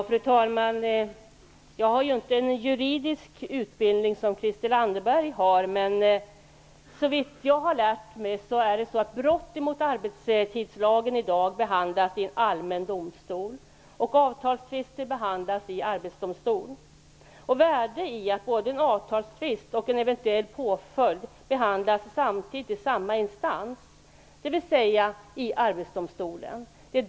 Fru talman! Jag har inte, som Christel Anderberg, någon juridisk utbildning. Men såvitt jag har lärt mig behandlas brott mot arbetstidslagen i dag i allmän domstol, och avtalstvister behandlas i Arbetsdomstolen. Socialdemokraterna tycker att det finns ett värde i att både en avtalstvist och en eventuell påföljd behandlas samtidigt och i samma instans, dvs. i Arbetsdomstolen.